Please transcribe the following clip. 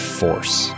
force